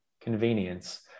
convenience